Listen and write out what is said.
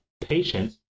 patients